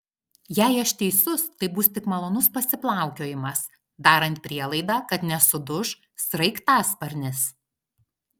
jei aš teisus tai bus tik malonus pasiplaukiojimas darant prielaidą kad nesuduš sraigtasparnis